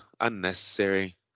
unnecessary